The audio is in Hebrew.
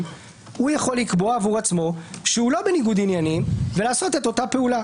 הוא יכול לקבוע עבור עצמו שהוא לא בניגוד עניינים ולעשות את אותה פעולה.